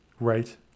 right